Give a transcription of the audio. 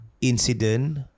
incident